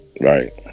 right